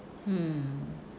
mm